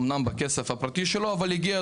אמנם בכסף הפרטי שלו אבל הגיע ,